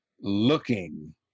looking